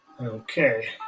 Okay